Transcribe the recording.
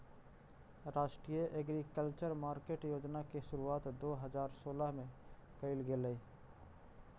राष्ट्रीय agriculture market योजना के शुरुआत दो हज़ार सोलह में कैल गेलइ